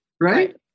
right